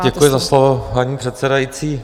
Děkuji za slovo, paní předsedající.